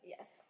Yes